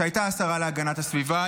שהייתה השרה להגנת הסביבה.